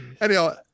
anyhow